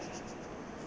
so the next time